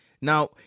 Now